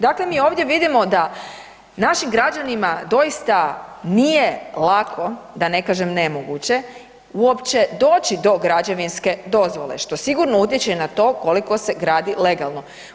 Dakle, mi ovdje vidimo da naši građanima doista nije lako, da ne kažem, nemoguće, uopće doći do građevinske dozvole, što sigurno utječe na to koliko se gradi legalno.